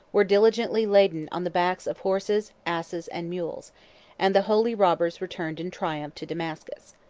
were diligently laden on the backs of horses, asses, and mules and the holy robbers returned in triumph to damascus.